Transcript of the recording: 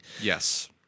Yes